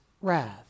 wrath